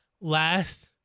last